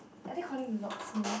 are they calling the locksmith